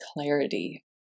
clarity